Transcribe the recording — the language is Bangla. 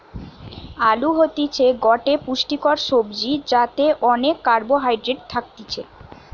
আলু হতিছে গটে পুষ্টিকর সবজি যাতে অনেক কার্বহাইড্রেট থাকতিছে